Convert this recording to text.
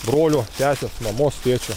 brolio sesės mamos tėčio